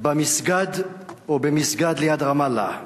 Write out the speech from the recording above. במסגד ליד רמאללה.